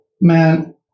man